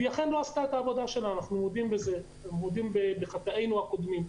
והיא אכן לא עשתה את העבודה אנחנו מודים בחטאינו הקודמים.